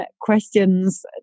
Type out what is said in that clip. questions